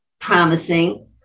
promising